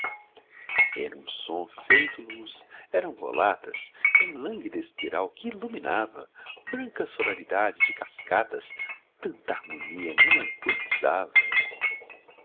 era um som feito luz eram volatas em lânguida espiral que iluminava brancas sonoridades de cascatas tanta harmonia melancolizava